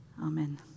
Amen